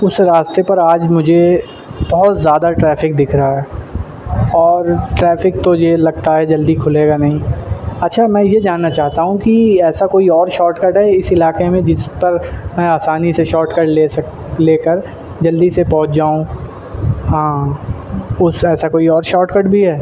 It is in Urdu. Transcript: اس راستے پر آج مجھے بہت زیادہ ٹریفک دکھ رہا ہے اور ٹریفک تو یہ لگتا ہے جلدی کھلے گا نہیں اچھا میں یہ جاننا چاہتا ہوں کہ ایسا کوئی اور شارٹ کٹ ہے اس علاقے میں جس پر میں آسانی سے شارٹ کٹ لے سک لے کر جلدی سے پہنچ جاؤں ہاں اس ایسا کوئی اور شاٹ کٹ بھی ہے